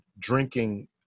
drinking